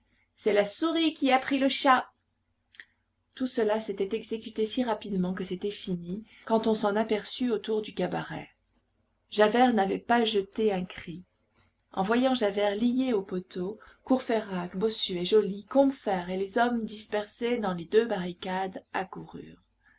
c'est la souris qui a pris le chat tout cela s'était exécuté si rapidement que c'était fini quand on s'en